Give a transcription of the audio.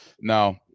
Now